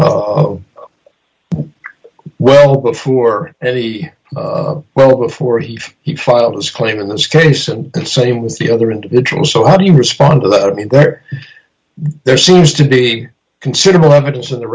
into well before any well before he filed his claim in this case and the same with the other individual so how do you respond to that i mean there there seems to be considerable evidence in the